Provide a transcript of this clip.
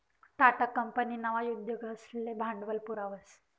Tata company नवा उद्योगसले भांडवल पुरावस